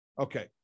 Okay